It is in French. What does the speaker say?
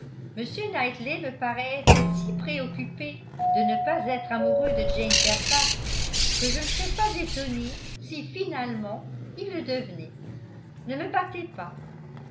m knightley me paraît être si préoccupé de ne pas être amoureux de jane fairfax que je ne serais pas étonnée si finalement il le devenait ne me battez pas